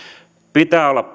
pitää olla